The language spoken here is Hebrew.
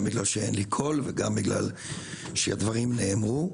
גם בגלל שאין לי קול וגם בגלל שהדברים נאמרו.